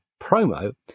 promo